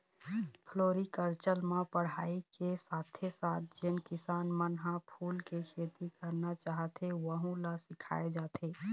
floriculture म पढ़ाई के साथे साथ जेन किसान मन ह फूल के खेती करना चाहथे वहूँ ल सिखाए जाथे